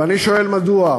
ואני שואל: מדוע?